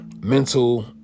mental